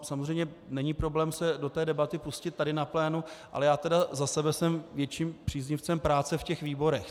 Samozřejmě není problém se do té debaty pustit tady na plénu, ale já za sebe jsem větším příznivcem práce v těch výborech.